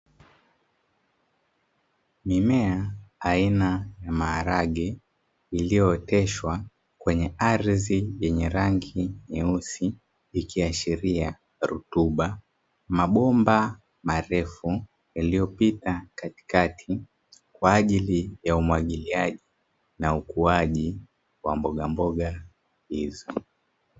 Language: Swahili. Mimea aina ya maharage, iliyooteshwa kwenye ardhi yenye rangi nyeusi, ikiashiria rutuba. Mabomba marefu yaliyopita katikati kwa ajili ya umwagiliaji na ukuaji wa mbogamboga hizo.